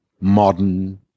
modern